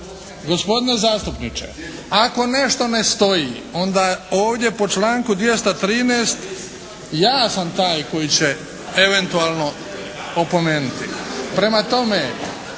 gospodine zastupniče. Ako nešto ne stoji onda ovdje po članku 213. ja sam taj koji će eventualno opomenuti. Prema tome,